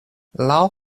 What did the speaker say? laŭ